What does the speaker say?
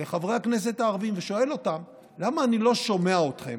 לחברי הכנסת הערבים ושואל אותם: למה אני לא שומע אתכם